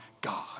God